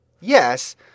Yes